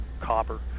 copper